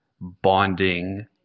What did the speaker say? bonding